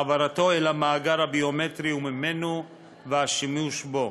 העברתו אל המאגר הביומטרי וממנו והשימוש בו.